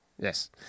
Yes